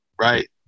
Right